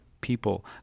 people